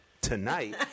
tonight